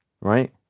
right